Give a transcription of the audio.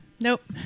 Nope